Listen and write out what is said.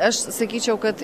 aš sakyčiau kad